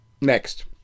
Next